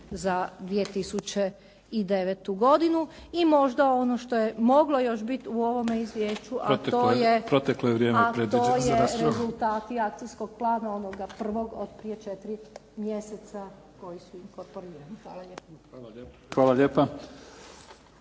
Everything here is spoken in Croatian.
za 2009. godinu. I možda ono što je moglo još biti u ovome izvješću, a to je rezultati akcijskoga plana onoga prvog od prije 4 mjeseca koji su …/Govornica se